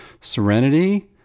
serenity